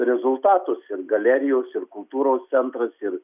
rezultatus ir galerijos ir kultūros centras ir